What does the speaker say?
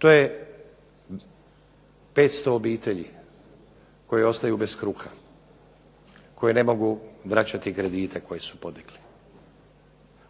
To je 500 obitelji koje ostaju bez kruha, koje ne mogu vraćati kredite koje su podigli,